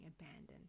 abandoned